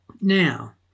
Now